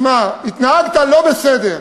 התנהגת לא בסדר,